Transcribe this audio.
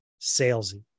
salesy